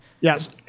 yes